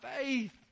faith